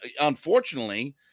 unfortunately